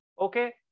okay